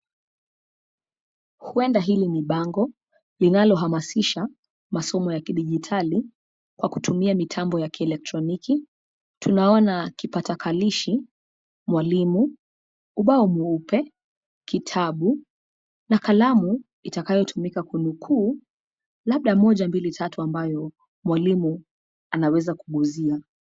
Huenda hili ni bango linalohamasisha masomo ya kidijitali kwa kutumia mitambo ya kielektroniki. Tunaona kipakatalishi, mwalimu, ubao mweupe, kitabu na kalamu itakayo tumika kunukuu labda moja mbili tatu ambayo mwalimu anaweza kuguzia.